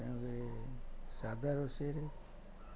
ତା'ପରେ ସାଧା ରୋଷେଇରେ